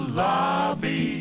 lobby